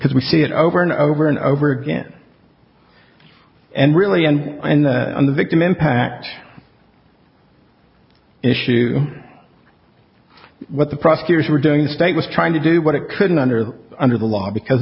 because we see it over and over and over again and really and and on the victim impact issue what the prosecutors were doing the state was trying to do what it couldn't under the under the law because